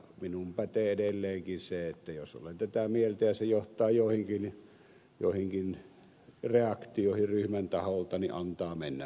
minuun pätee edelleenkin se että jos olen tätä mieltä ja se johtaa joihinkin reaktioihin ryhmän taholta niin antaa mennä vaan